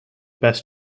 best